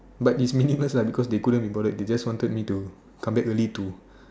but it's meaningless lah cause they couldn't be bothered the just wanted me to come back early to